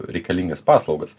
reikalingas paslaugas